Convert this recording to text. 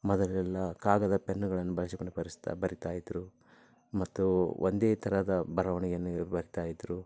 ಮೊದಲೆಲ್ಲ ಕಾಗದ ಪೆನ್ನುಗಳನ್ನು ಬಳಸಿಕೊಂಡು ಬರೆಸ್ತಾ ಬರೀತಾ ಇದ್ದರು ಮತ್ತು ಒಂದೇ ಥರದ ಬರವಣಿಗೆನ್ನು ಇವ್ರು ಬರೀತಾ ಇದ್ದರು